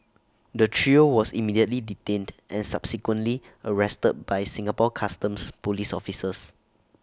the trio was immediately detained and subsequently arrested by Singapore Customs Police officers